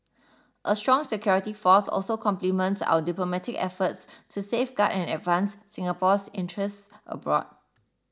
a strong security force also complements our diplomatic efforts to safeguard and advance Singapore's interests abroad